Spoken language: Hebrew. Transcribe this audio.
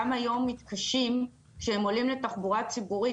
היום מתקשים כשהם עולים לתחבורה ציבורית,